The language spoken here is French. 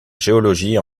géologie